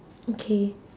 okay